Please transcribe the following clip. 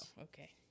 okay